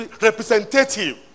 representative